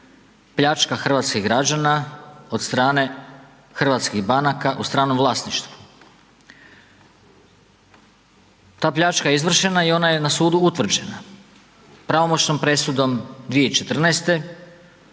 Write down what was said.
pljačka hrvatskih građana od strane hrvatskih banaka u stranom vlasništvu. Ta pljačka je izvršena i ona je na sudu utvrđena, pravomoćnom presudom 2014.-te,